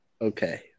Okay